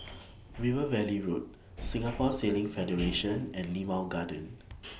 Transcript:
River Valley Road Singapore Sailing Federation and Limau Garden